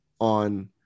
on